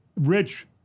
Rich